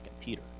Peter